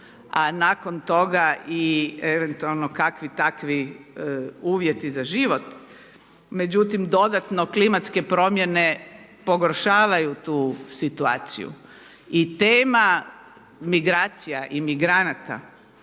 a nakon toga i eventualno kakvi takvi uvjeti za život, međutim dodatno klimatske promjene pogoršavaju tu situaciju i tema migracija i migranata